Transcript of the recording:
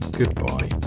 goodbye